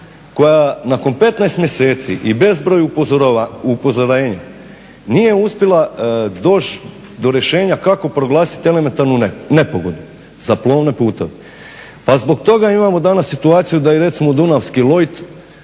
koja nakon 15 mjeseci i bezbroj upozorenja nije uspjela doći do rješenja kako proglasiti elementarnu nepogodu sa plovnim putem. Pa zbog toga danas imamo situaciju da je recimo Dunavski Lloyd